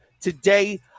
today